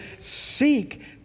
seek